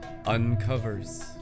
uncovers